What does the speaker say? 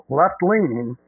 left-leaning